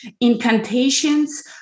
incantations